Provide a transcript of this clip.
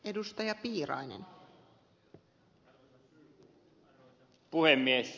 arvoisa rouva puhemies